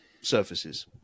surfaces